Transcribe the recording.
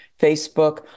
Facebook